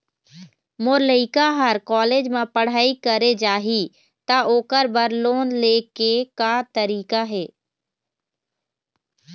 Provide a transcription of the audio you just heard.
मोर लइका हर कॉलेज म पढ़ई करे जाही, त ओकर बर लोन ले के का तरीका हे?